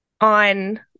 on